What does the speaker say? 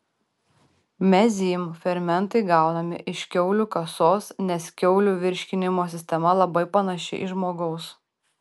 mezym fermentai gaunami iš kiaulių kasos nes kiaulių virškinimo sistema labai panaši į žmogaus